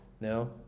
No